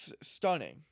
stunning